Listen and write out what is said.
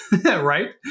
right